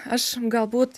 aš galbūt